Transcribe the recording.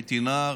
הייתי נער,